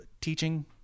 teaching